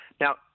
Now